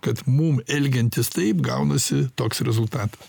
kad mum elgiantis taip gaunasi toks rezultatas